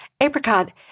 Apricot